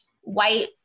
white